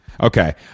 Okay